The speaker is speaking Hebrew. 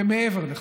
ומעבר לכך,